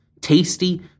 tasty